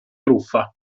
truffa